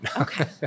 Okay